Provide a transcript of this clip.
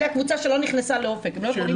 זאת הקבוצה שלא נכנסה לאופק.